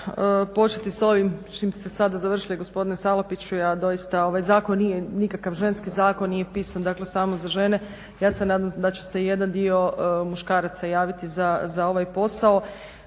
početi s ovim s čim ste sada završili gospodine Salapiću, ja doista ovaj zakon nije nikakav ženski zakon dakle nije pisan samo za žene. Ja se nadam da će se jedna dio muškaraca javiti za ovaj posao.